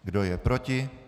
Kdo je proti?